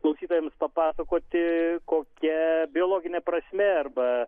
klausytojams papasakoti kokia biologinė prasmė arba